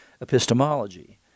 epistemology